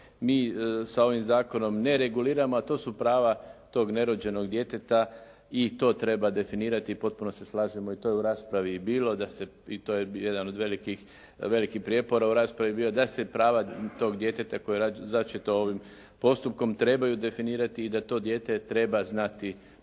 mi sa ovim zakonom ne reguliramo a to su prava tog nerođenog djeteta i to treba definirati i potpuno se slažemo. I to je u raspravi i bilo, i to je jedan od velikih prijepora u raspravi bio da se prava tog djeteta koje je začeto ovim postupkom trebaju definirati i da to dijete treba znati